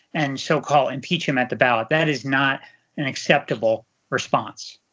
and so called impeach him at the ballot. that is not an acceptable response.